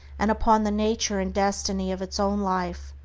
and upon the nature and destiny of its own life,